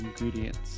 ingredients